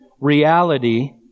reality